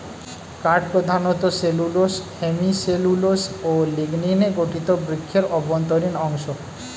কাঠ প্রধানত cellulose, hemicellulose ও লিগনিনে গঠিত বৃক্ষের অভ্যন্তরীণ অংশ